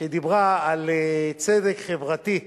שדיברה על צדק חברתי,